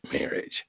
marriage